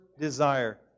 desire